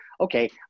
Okay